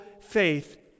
faith